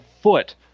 foot